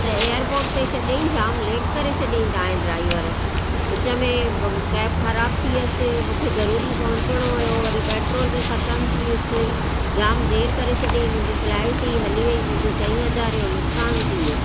त एयरपोर्ट ते छॾियांईं जाम लेट करे छॾियांईं तव्हांजे ड्राइवर विच में कैब ख़राबु थी वयुसि मूंखे ज़रूरी पहुचणो हुओ वरी पेट्रोल बि ख़तमु थी वयुसि जाम देरि करे छॾियांईं मुंहिंजी फ्लाइट ई हली वई मुंहिंजी चईं हज़ारें जो नुक़सानु थी वियो